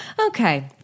Okay